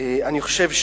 אני חושב,